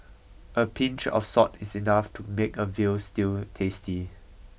a pinch of salt is enough to make a veal stew tasty